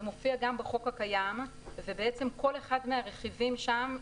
זה מופיע גם בחוק הקיים ובעצם כל אחד מהרכיבים שם,